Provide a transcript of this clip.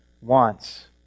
wants